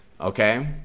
okay